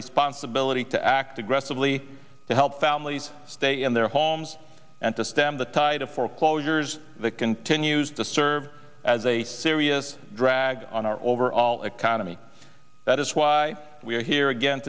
responsibility to act aggressively to help families stay in their homes and to stem the tide of foreclosures that continues to serve as a serious drag on our overall economy that is why we are here again